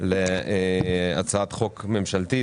להצעת חוק ממשלתית.